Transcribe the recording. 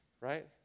right